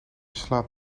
slaat